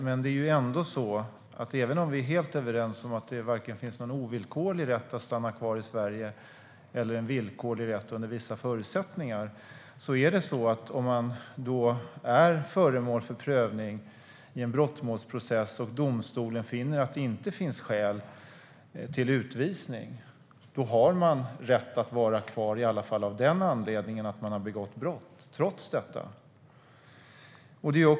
Men även om vi är helt överens om att det inte finns någon ovillkorlig rätt att stanna kvar i Sverige, eller en villkorlig rätt under vissa förutsättningar, har man rätt att vara kvar, trots att man har begått brott, om man är föremål för prövning i en brottmålsprocess och domstolen finner att det inte finns skäl till utvisning.